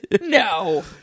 No